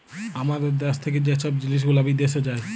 আমাদের দ্যাশ থ্যাকে যে ছব জিলিস গুলা বিদ্যাশে যায়